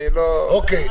נכון.